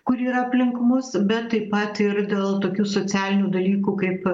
kuri yra aplink mus bet taip pat ir dėl tokių socialinių dalykų kaip